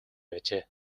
байжээ